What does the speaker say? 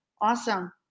Awesome